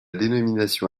dénomination